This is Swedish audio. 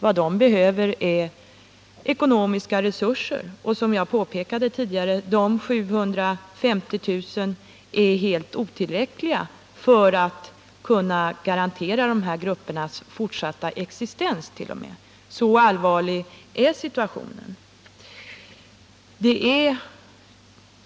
Vad de behöver är ekonomiska resurser. Som jag påpekade tidigare är de 750 000 man nu föreslår helt otillräckliga, t. 0. m. för att garantera de här gruppernas fortsatta existens — så allvarlig är situationen.